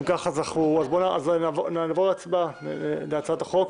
נעבור להצבעה על הצעת החוק.